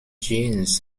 jeans